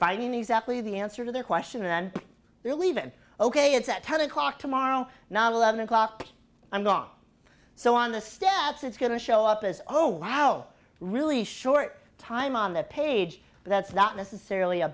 fighting exactly the answer to the question and they're leaving ok it's at ten o'clock tomorrow not eleven o'clock i'm long so on the stats it's going to show up as oh wow oh really short time on that page but that's not necessarily a